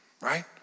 right